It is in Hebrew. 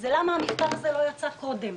זה למה המכתב הזה לא יצא קודם.